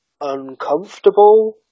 uncomfortable